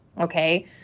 okay